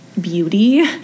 beauty